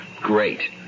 Great